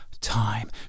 time